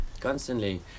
constantly